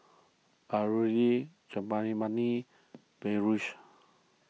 Alluri Gottipati Peyush